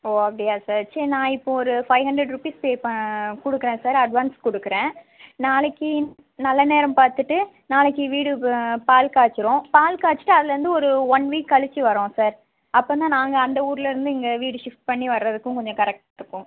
ஓ அப்படியா சரி நான் இப்போது ஒரு ஃபைவ் ஹண்ட்ரட் ருபீஸ் பே பண்ண கொடுக்குறேன் சார் அட்வான்ஸ் கொடுக்குறேன் நாளைக்கு நல்ல நேரம் பார்த்துட்டு நாளைக்கு வீடு பால் காய்சிறோம் பால் காய்சிட்டு அதுலேருந்து ஒரு ஒன் வீக் கழித்து வர்கிறோம் சார் அப்போ தான் நாங்கள் அந்த ஊர்லேருந்து இங்கே வீடு ஷிப்ட் பண்ணி வர்றதுக்கும் கொஞ்சம் கரெக்டாக இருக்கும்